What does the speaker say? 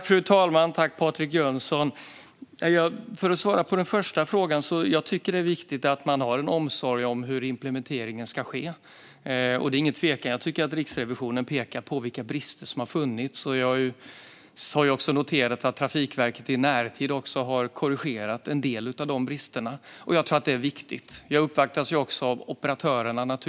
Fru talman! Tack, Patrik Jönsson! Låt mig först svara på den första frågan. Jag tycker att det är viktigt att man har en omsorg om hur implementeringen ska ske. Det råder ingen tvekan om det. Jag tycker att Riksrevisionen pekar på vilka brister som har funnits. Jag har också noterat att Trafikverket i närtid har korrigerat en del av dessa brister. Detta tycker jag är viktigt. Även jag uppvaktas naturligtvis av operatörerna.